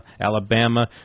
Alabama